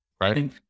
right